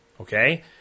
Okay